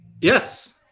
Yes